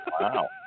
Wow